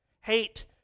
Hate